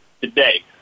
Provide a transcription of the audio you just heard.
today